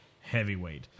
heavyweight